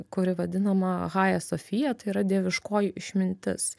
kuri vadinama hae sofija tai yra dieviškoji išmintis